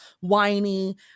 whiny